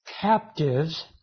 captives